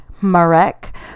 Marek